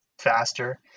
faster